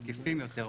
מקיפים יותר,